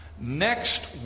Next